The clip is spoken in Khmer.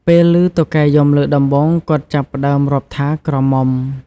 ពេលឮតុកែយំលើកដំបូង គាត់ចាប់ផ្ដើមរាប់ថា "ក្រមុំ" ។